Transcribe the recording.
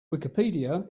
wikipedia